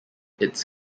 its